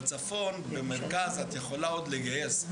בצפון ובמרכז את יכולה עוד לגייס,